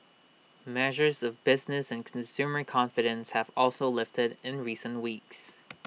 measures of business and consumer confidence have also lifted in recent weeks